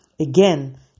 Again